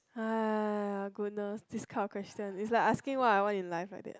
!aiya! goodness this kind of question is like asking what I want in life like that